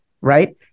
right